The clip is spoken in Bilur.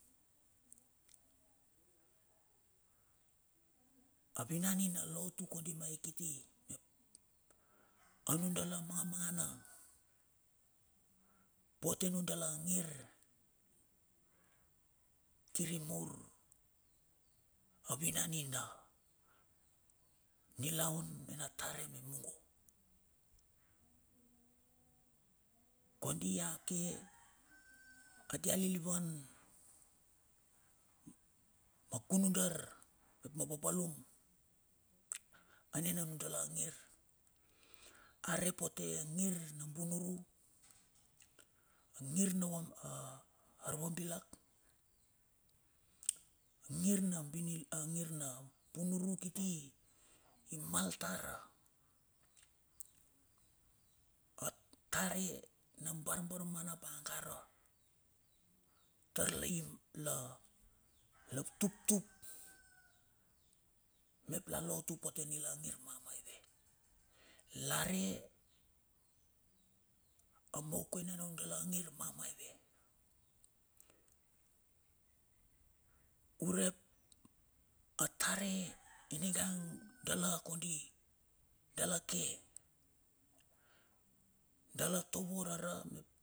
Avinan nina lotu kondi ma ea kiti, anun dala mangamangana pote anun dala angir kiri mur avinanina nilaun nina tare mungo. Kondi ake kati aliliva akunudar mep na papalum anena nudala a ngir are pote angir na bunuru, angir na ava arvabilak, angir na bilu bunuru kiti i mal tar atare na barbarmana ap a angara tar la int la la tuptup mep la lotu pote anila ngir mamaive la re a maukue nina nun dala a ngir mamaive urep a tare ingang dala kondi dala ke dala tavo rara mep.